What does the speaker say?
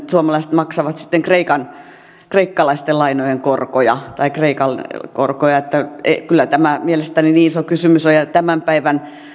suomalaiset maksavat kreikkalaisten lainojen korkoja tai kreikan korkoja kyllä tämä mielestäni niin iso kysymys on ja tämän päivän